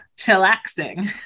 chillaxing